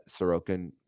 Sorokin